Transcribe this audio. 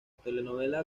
telenovela